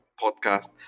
podcast